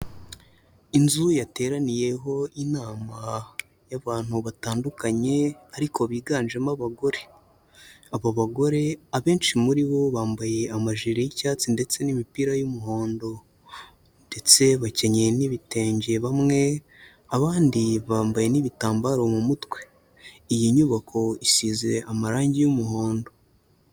Inzu yateraniyeho inama y'abantu batandukanye ariko biganjemo abagore, abo bagore abenshi muri bo bambaye amajire y'icyatsi ndetse n'imipira y'umuhondo ndetse bakenyeye n'ibitenge bamwe, abandi bambaye n'ibitambaro mu mutwe, iyi nyubako isize amarangi y'umuhondo.